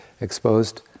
exposed